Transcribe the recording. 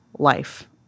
life